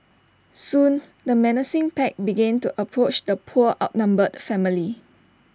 soon the menacing pack began to approach the poor outnumbered family